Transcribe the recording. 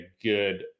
good